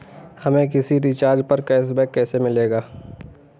हमें किसी रिचार्ज पर कैशबैक कैसे मिलेगा?